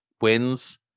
wins